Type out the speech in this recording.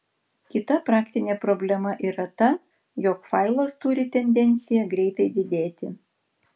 kita praktinė problema yra ta jog failas turi tendenciją greitai didėti